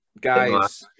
guys